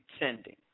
pretending